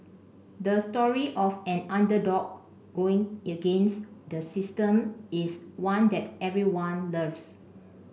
the story of an underdog going against the system is one that everyone loves